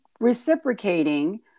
reciprocating